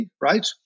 right